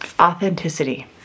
authenticity